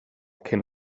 cyn